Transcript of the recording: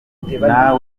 biba